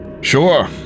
Sure